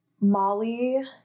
Molly